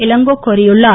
இளங்கோ கோரியுள்ளார்